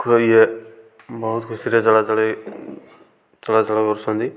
ବହୁତ ଖୁସିରେ ଚଳାଚଳି ଚଳାଚଳ କରୁଛନ୍ତି